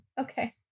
Okay